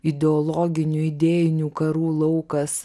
ideologinių idėjinių karų laukas